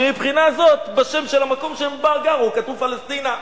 שמבחינה זו בשם של המקום שהם גרו כתוב "פלשתינה",